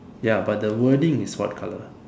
ya but the wording is what color